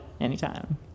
anytime